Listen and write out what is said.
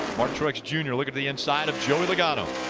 martin truex jr. looking to the inside of joey logano.